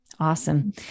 Awesome